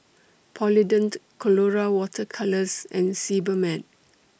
Polident Colora Water Colours and Sebamed